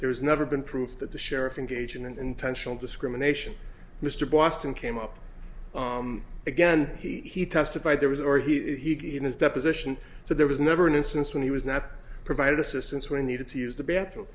there's never been proof that the sheriff engage in intentional discrimination mr boston came up again he testified there was or he in his deposition so there was never an instance when he was not provided assistance we needed to use the bathroom